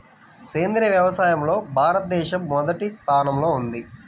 సేంద్రీయ వ్యవసాయంలో భారతదేశం మొదటి స్థానంలో ఉంది